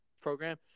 program